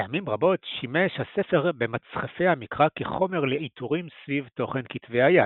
פעמים רבות שימש הספר במצחפי המקרא כחומר לעיטורים סביב תוכן כתבי היד,